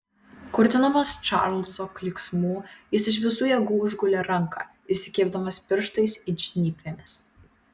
kurtinamas čarlzo klyksmų jis iš visų jėgų užgulė ranką įsikibdamas pirštais it žnyplėmis